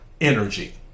energy